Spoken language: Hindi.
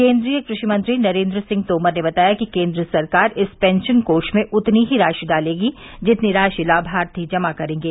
केन्द्रीय कृषि मंत्री नरेन्द्र सिंह तोमर ने बताया कि केन्द्र सरकार इस पेंशन कोष में उतनी ही राशि डालेगी जितनी राशि लाभार्थी जमा करेंगे